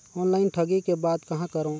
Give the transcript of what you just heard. Online ठगी के बाद कहां करों?